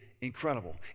incredible